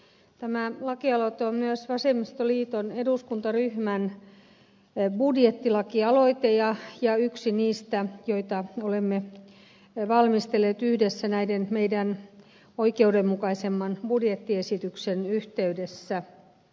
tämä lakialoite on myös vasemmistoliiton eduskuntaryhmän budjettilakialoite ja yksi niistä joita olemme valmistelleet yhdessä meidän oikeudenmukaisemman budjettiesityksemme yhteydessä